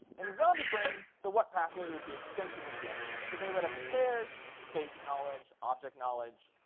in the zombie brain, the what pathway would be extensively damaged. so they would have impaired face knowledge, object knowledge.